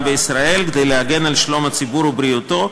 בישראל כדי להגן על שלום הציבור ובריאותו,